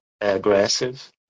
aggressive